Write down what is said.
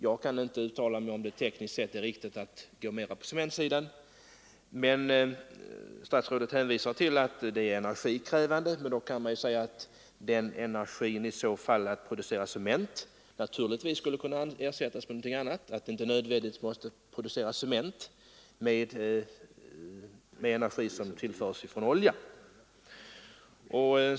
Jag kan inte uttala mig om huruvida det är tekniskt riktigt att satsa mer på cementsidan. Statsrådet hänvisar till att cementframställning är energikrävande, men då kan man säga att den energi som går åt för att producera cement kan framställas av något annat än olja.